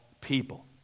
people